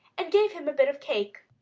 and gave him a bit of cake.